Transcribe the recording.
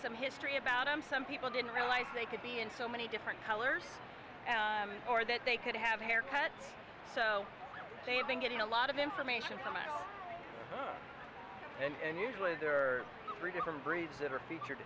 some history about him some people didn't realize they could be in so many different colors or that they could have a haircut so they've been getting a lot of information come out and usually there are three different breeds that are featured